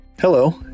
Hello